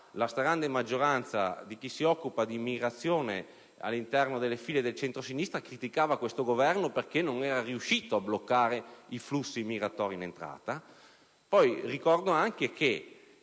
la stragrande maggioranza di chi si occupa di immigrazione all'interno delle file del centrosinistra criticava questo Governo perché non era riuscito a bloccare i flussi migratori in entrata. Ricordo anche che